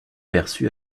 perçu